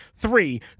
three